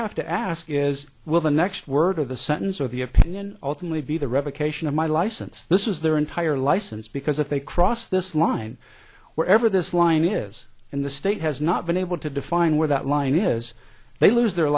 have to ask is will the next word of a sentence or the opinion ultimately be the revocation of my license this is their entire license because if they cross this line wherever this line is and the state has not been able to define where that line is they lose their